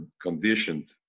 conditioned